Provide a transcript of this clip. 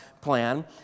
plan